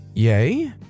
Yay